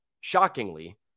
shockingly